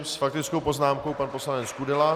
S faktickou poznámkou pan poslanec Kudela.